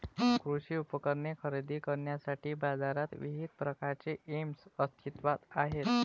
कृषी उपकरणे खरेदी करण्यासाठी बाजारात विविध प्रकारचे ऐप्स अस्तित्त्वात आहेत